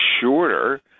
shorter